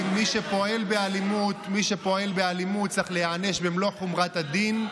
מי שפועל באלימות צריך להיענש במלוא חומרת הדין.